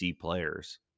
players